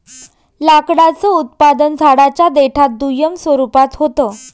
लाकडाचं उत्पादन झाडांच्या देठात दुय्यम स्वरूपात होत